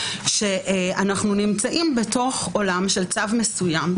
שאנחנו נמצאים בתוך עולם של צו מסוים,